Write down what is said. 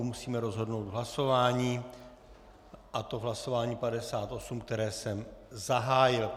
Musíme rozhodnout v hlasování, a to v hlasování 58, které jsem zahájil.